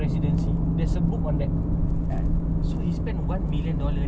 dia dah belajar for to catch L_A punya heart macam mana